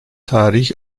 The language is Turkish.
tarih